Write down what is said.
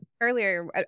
Earlier